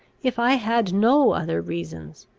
if i had no other reasons,